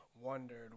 wondered